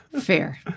Fair